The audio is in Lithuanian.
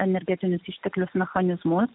energetinius išteklius mechanizmus